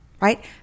right